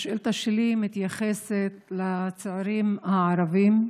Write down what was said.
השאילתה שלי מתייחסת לצעירים הערבים,